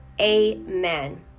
Amen